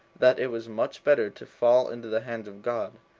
that it was much better to fall into the hands of god,